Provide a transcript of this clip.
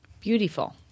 Beautiful